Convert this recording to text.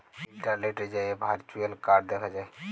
ইলটারলেটে যাঁয়ে virtual card দ্যাখা যায়